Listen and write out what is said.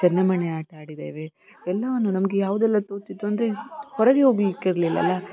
ಚೆನ್ನೆ ಮಣೆ ಆಟ ಆಡಿದ್ದೇವೆ ಎಲ್ಲವನ್ನೂ ನಮಗೆ ಯಾವುದೆಲ್ಲ ತೋಚಿತ್ತು ಅಂದರೆ ಹೊರಗೆ ಹೋಗಲಿಕ್ಕೆ ಇರ್ಲಿಲ್ಲಲ್ಲಾ